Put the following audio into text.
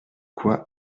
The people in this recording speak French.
quoi